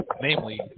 namely